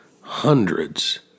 hundreds